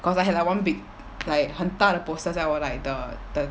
cause I had like one big like 很大的 poster that were like the the